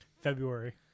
February